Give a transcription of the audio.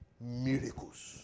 miracles